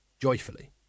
joyfully